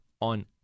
on